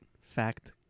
fact